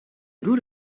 nur